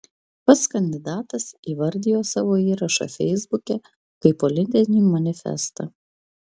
pats kandidatas įvardijo savo įrašą feisbuke kaip politinį manifestą